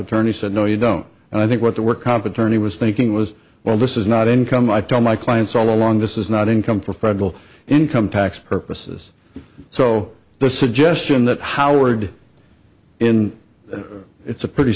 attorney said no you don't and i think what the work comp attorney was thinking was well this is not income i tell my clients all along this is not income for federal income tax purposes so the suggestion that howard in it's a pretty